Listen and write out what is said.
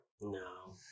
No